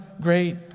great